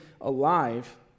alive